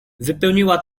wypełniła